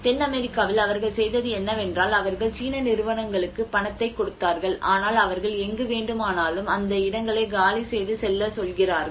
தென் அமெரிக்காவில் அவர்கள் செய்தது என்னவென்றால் அவர்கள் சீன நிறுவனங்களுக்கு பணத்தை கொடுத்தார்கள் ஆனால் அவர்கள் எங்கு வேண்டுமானாலும் அந்த இடங்களை காலி செய்து செல்ல சொல்கிறார்கள்